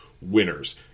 Winners